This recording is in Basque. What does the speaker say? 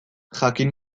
jakin